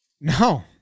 No